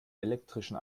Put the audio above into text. elektrischen